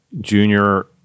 junior